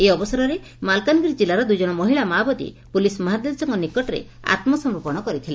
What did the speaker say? ଏହି ଅବସରରେ ମାଲକାନଗିରି କିଲ୍ଲାର ଦୁଇକଶ ମହିଳା ମାଓବାଦୀ ପୁଲିସ୍ ମହାନିର୍ଦ୍ଦେଶକଙ୍କ ନିକଟରେ ଆତ୍କସମର୍ପଣ କରିଥିଲେ